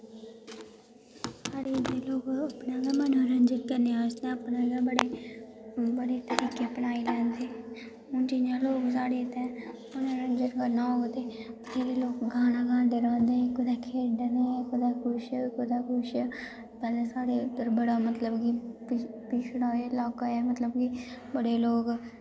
साढ़े इद्धर दे लोग अपना गै मनोरंजन करने आस्तै अपने गै बड़े बड़े तरीके अपनाई लैंदे हून जियां साढ़े इत्थें मनोरंजन करना होग ते जेह्ड़े लोग गाना गांदे रौंह्दे कुदै खेढदे कुतै कुछ कुदै कुछ पैह्लें साढ़े इद्धर बड़ा मतलब कि पिछ पिछड़ा जेहा इलाका ऐ मतलब कि बड़े लोक